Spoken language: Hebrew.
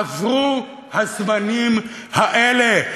עברו הזמנים האלה.